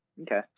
Okay